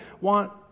want